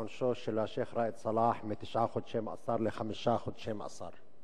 עונשו של השיח' ראאד סלאח מתשעה חודשי מאסר לחמישה חודשי מאסר.